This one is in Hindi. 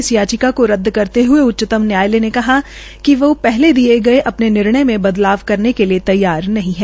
इस याचिका को रद्द करते हये उच्चतम न्यायालय ने कहा कि वह पहले दिये गये अपने निर्णय में बदलाव करने के लिये तैयार नहीं है